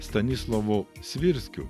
stanislovu svirskiu